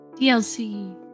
DLC